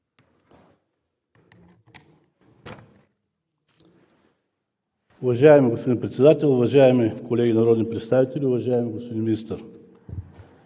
Уважаеми господин Председател, уважаеми колеги народни представители! Уважаеми господин Министър,